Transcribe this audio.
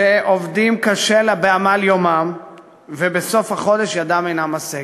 שעובדים קשה בעמל יומם ובסוף החודש ידם אינה משגת.